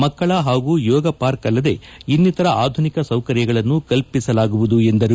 ಮಕ್ಕಳ ಹಾಗೂ ಯೋಗ ಪಾರ್ಕ್ ಅಲ್ಲದೆ ಇನ್ನಿತರ ಅಧುನಿಕ ಸೌಕರ್ಯಗಳನ್ನು ಕಲ್ಲಿಸಲಾಗುವುದು ಎಂದರು